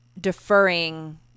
deferring